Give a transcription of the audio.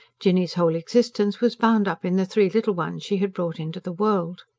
jinny's whole existence was bound up in the three little ones she had brought into the world.